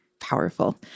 powerful